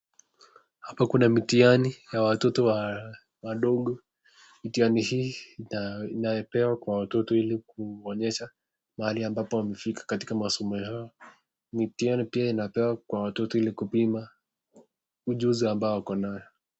Hapa kuna mitihani ya watoto wadogo, mitihani hii inapewa kwa watoto ili kuonyesha mahali ambapo wamefika katika masomo yao. Mitihani pia inapewa kwa watoto ili kupima ujuzi ambao wako nayo.